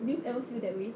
do you ever feel that way